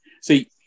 See